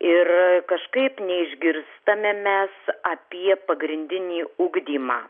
ir kažkaip neišgirstame mes apie pagrindinį ugdymą